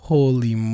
Holy